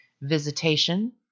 Visitation